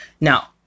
Now